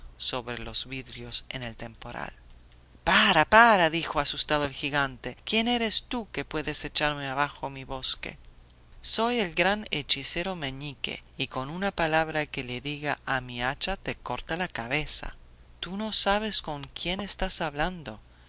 sobre los vidrios en el temporal para para dijo asustado el gigante quién eres tú que puedes echarme abajo mi bosque soy el gran hechicero meñique y con una palabra que le diga a mi hacha te corta la cabeza tú no sabes con quién estás hablando